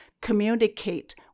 communicate